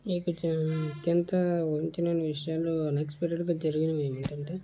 మీకు అత్యంత ఊహించలేని విషయాలు అనెక్స్పెక్టడ్గా జరిగినవి ఏమిటంటే